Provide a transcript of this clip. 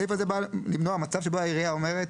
הסעיף הזה בא למנוע מצב שבו העירייה אומרת: